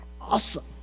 awesome